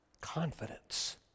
Confidence